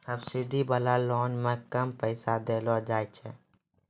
subsidy वाला loan मे कम पैसा देलो जाय छै